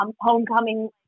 homecoming